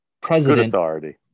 President